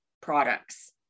products